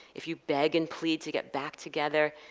if you beg and plead to get back together,